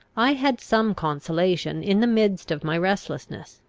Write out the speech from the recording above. i had some consolation in the midst of my restlessness.